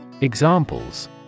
Examples